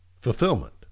fulfillment